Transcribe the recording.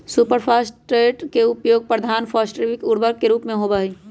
super phosphate के उपयोग प्रधान फॉस्फेटिक उर्वरक के रूप में होबा हई